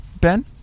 Ben